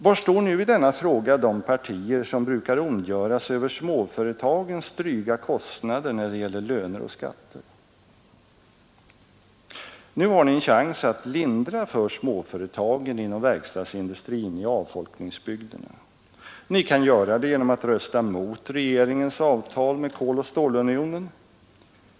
Var står i denna fråga de partier som brukar ondgöra sig över småföretagens dryga kostnader när det gäller löner och skatter? Nu har ni en chans att lindra för småföretagen inom verkstadsindustrin i glesbygderna. Ni kan göra det genom att rösta mot regeringens avtal med Koloch stålunionen.